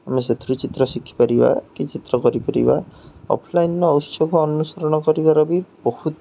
ଆମେ ସେଥିରୁ ଚିତ୍ର ଶିଖିପାରିବା କି ଚିତ୍ର କରିପାରିବା ଅଫ୍ଲାଇନ୍ର ଉତ୍ସକୁ ଅନୁସରଣ କରିବାର ବି ବହୁତ